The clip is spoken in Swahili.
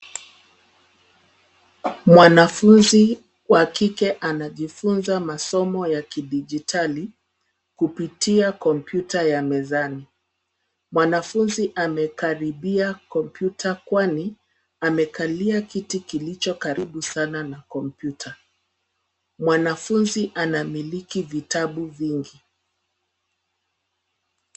Mwanafunzi wa kike anajifunza masomo ya kidijitali, kupitia kompyuta ya mezani, mwanafunzi amekaribia kompyuta kwani, amekalia kiti kilicho karibu sana na kompyuta. Mwanafunzi anamiliki vitabu vingi.